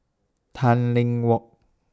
Tanglin Walk